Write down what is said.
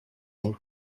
and